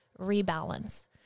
rebalance